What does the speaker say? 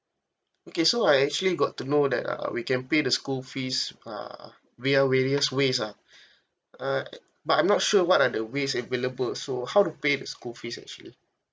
okay so I actually got to know that uh we can pay the school fees uh via various ways ah uh but I'm not sure what are the ways available so how to pay school fees actually